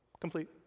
Complete